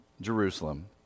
Jerusalem